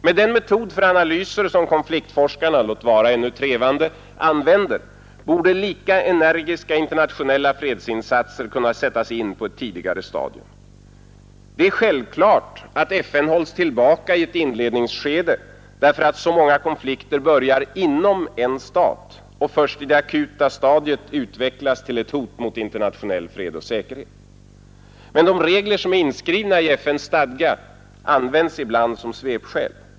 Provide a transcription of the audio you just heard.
Med den metod för analyser som konfliktforskarna, låt vara ännu trevande, använder borde lika energiska internationella fredsinsatser kunna sättas in på ett tidigare stadium. Det är självklart att FN hålles tillbaka i ett inledningsskede därför att så många konflikter börjar inom en stat och först i det akuta stadiet utvecklas till ett hot mot internationell fred och säkerhet. Men de regler som är inskrivna i FN:s stadga används ibland som svepskäl.